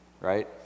right